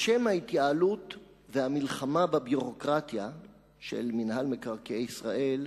בשם ההתייעלות והמלחמה בביורוקרטיה של מינהל מקרקעי ישראל,